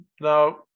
Now